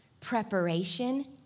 preparation